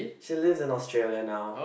she lives in Australia now